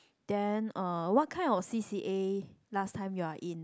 then uh what kind of c_c_a last time you are in